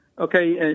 Okay